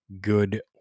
good